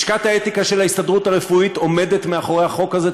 לשכת האתיקה של ההסתדרות הרפואית עומדת מאחורי החוק הזה,